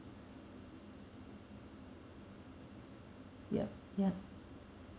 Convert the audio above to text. yup yup